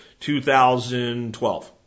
2012